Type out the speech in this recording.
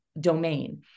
domain